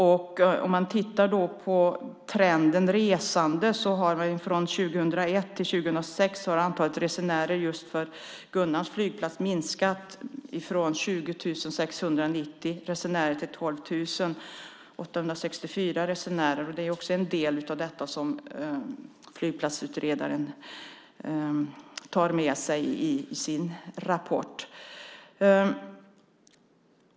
Om man tittar på trenden resande ser man att från 2001 till 2006 har antalet resenärer just från Gunnarns flygplats minskat från 20 690 resenärer till 12 864 resenärer. Det är också en del av det som flygplatsutredaren tar med i sin rapport.